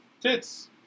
Tits